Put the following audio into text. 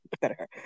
better